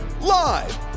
Live